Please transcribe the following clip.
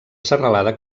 serralada